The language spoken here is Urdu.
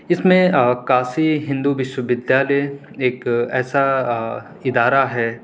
اِس میں کاشی ہندو وِشو ودیالیہ ایک ایسا ادارہ ہے